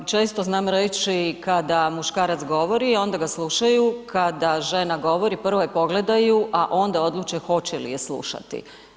Često znam reći kada muškarac govori, onda ga slušaju, kada žena govori, prvo je pogledaju, a onda odluče hoće li je slušati.